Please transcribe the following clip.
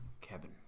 cabin